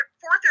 fourth